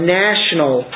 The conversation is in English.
national